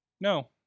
No